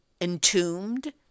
Entombed